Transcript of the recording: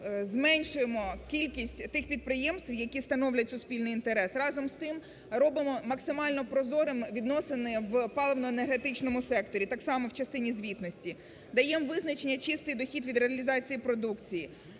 зменшуємо кількість тих підприємств, які становлять суспільний інтерес, разом з тим робимо максимально прозорими відносини в паливно-енергетичному секторі, так само в частині звітності. Даємо визначення "чистий дохід від реалізації продукції".